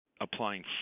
applying